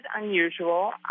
unusual